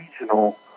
regional